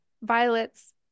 Violet's